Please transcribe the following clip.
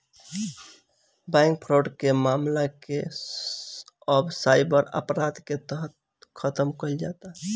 bank fraud के मामला के अब साइबर अपराध के तहत खतम कईल जाता